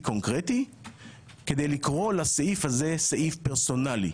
קונקרטי כדי לקרוא לסעיף הזה סעיף פרסונלי.